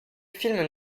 film